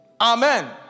Amen